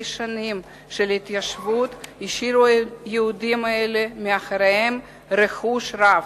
שנים של התיישבות השאירו יהודים אלה מאחוריהם רכוש רב,